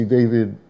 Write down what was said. David